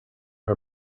her